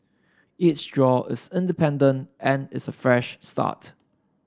each draw is independent and is a fresh start